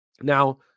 Now